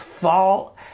fall